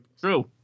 true